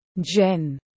Jen